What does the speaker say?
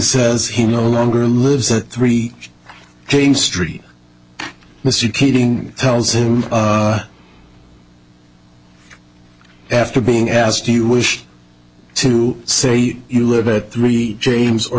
says he no longer lives at three james street mr keating tells him after being asked do you wish to say you live at three james or